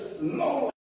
Lord